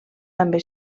també